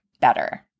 better